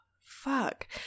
fuck